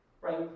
right